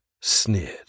sneered